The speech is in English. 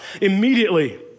immediately